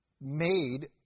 made